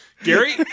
Gary